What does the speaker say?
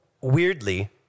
weirdly